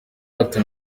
hato